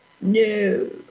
No